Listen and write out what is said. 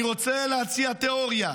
אני רוצה להציע תיאוריה: